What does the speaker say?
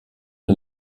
den